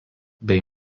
bei